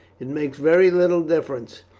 it makes very little difference,